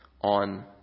on